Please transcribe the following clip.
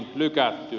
hyvä niin